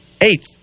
Eighth